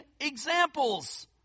examples